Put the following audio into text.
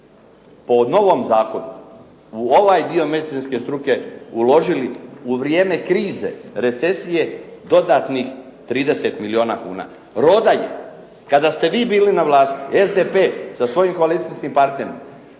po novom zakonu u ovaj dio medicinske struke uložili u vrijeme krize, recesije dodatnih 30 milijuna kuna. "Roda" je kada ste vi bili na vlasti SDP sa svojim koalicijskim partnerima,